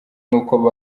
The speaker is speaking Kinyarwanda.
n’uko